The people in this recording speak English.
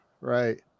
Right